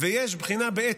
ויש בחינה באתיקה,